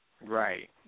Right